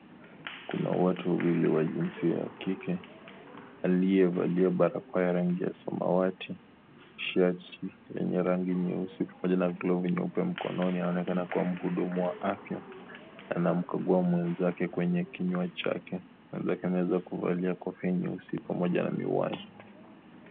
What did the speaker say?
Kuna watu wawili wa jinsia ya kike. Aliyevalia barakoa ya rangi ya samawati, shati lenye rangi nyeusi pamoja na glovu nyeupe mkononi anaonekana kuwa mhudumu wa afya na anamkagua mwenzake kwenye kinywa chake. Mwenzake ameweza kuvalia kofia nyeusi pamoja na miwani.